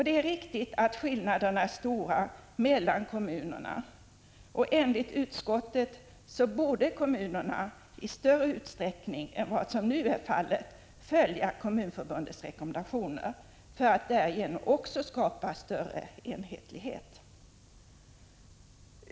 Det är riktigt att skillnaderna är stora mellan kommunerna, och enligt utskottet borde kommunerna i större utsträckning än vad som nu är fallet följa Kommunförbundets rekommendationer för att därigenom skapa större enhetlighet.